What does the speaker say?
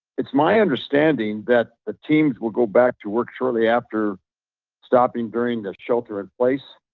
it's my understanding that the teams will go back to work shortly after stopping during the shelter in place,